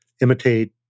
imitate